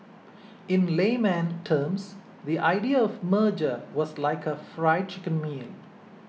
in layman terms the idea of merger was like a Fried Chicken meal